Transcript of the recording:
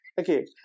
Okay